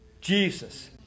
Jesus